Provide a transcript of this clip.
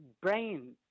brain